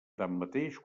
tanmateix